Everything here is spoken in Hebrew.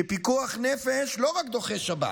שפיקוח נפש לא דוחה רק שבת,